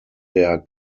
der